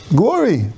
glory